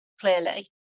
clearly